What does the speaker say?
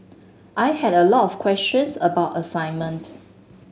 I had a lot of questions about assignment